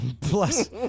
Plus